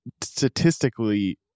statistically